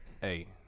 hey